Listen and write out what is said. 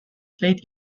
played